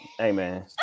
Amen